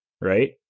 right